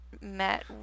met